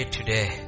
today